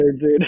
dude